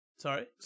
Sorry